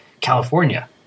California